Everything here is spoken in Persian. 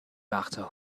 وقتا